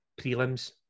prelims